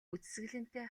үзэсгэлэнтэй